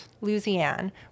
Louisiana